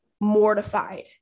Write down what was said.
mortified